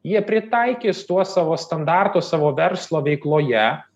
jie pritaikys tuos savo standartus savo verslo veikloje